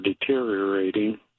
deteriorating